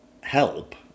help